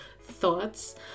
thoughts